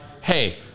hey